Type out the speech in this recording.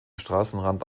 straßenrand